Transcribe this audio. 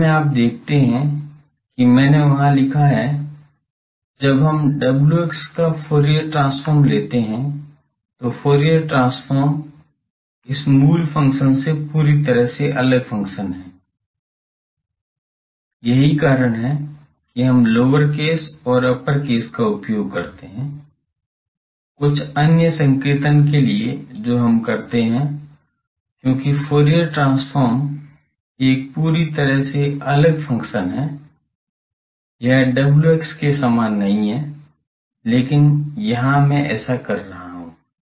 असल में आप देखते हैं कि मैंने वहां लिखा है जब हम w का फूरियर ट्रांसफॉर्म लेते हैं तो फूरियर ट्रांसफॉर्म इस मूल फ़ंक्शन से पूरी तरह से अलग फ़ंक्शन है यही कारण है कि हम लोअर केस और अप्पर केस का उपयोग करते हैं कुछ अन्य संकेतन के लिए जो हम करते हैं क्योंकि फूरियर ट्रांसफॉर्म एक पूरी तरह से अलग फंक्शन है यह w के समान नहीं है लेकिन यहां मैं ऐसा कर रहा हूं